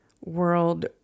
world